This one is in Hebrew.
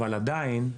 אבל עדיין,